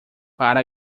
para